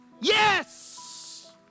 yes